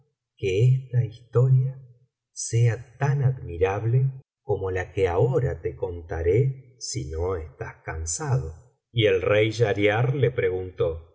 que esta historia sea tan admirable como la que ahora te contaré si no estás cansado y el rey schahriar le preguntó